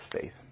faith